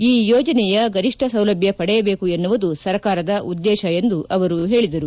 ಈ ಯೋಜನೆಯ ಗರಿಷ್ಠ ಸೌಲಭ್ಯ ಪಡೆಯಬೇಕು ಎನ್ನುವುದು ಸರ್ಕಾರದ ಉದ್ದೇಶ ಎಂದು ಅವರು ಹೇಳಿದರು